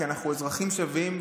כי אנחנו אזרחים שווים,